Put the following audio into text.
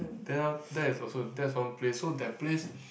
then oh that is also that's one place so that place